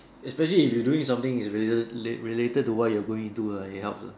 especially if you doing something is rela~ related to what you are going into lah it helps uh